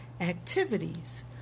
activities